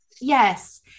Yes